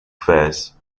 fares